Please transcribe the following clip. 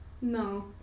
No